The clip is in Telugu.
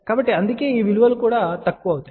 కాబట్టి అందుకే ఈ విలువలు కూడా తక్కువ అవుతాయి